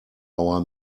our